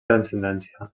transcendència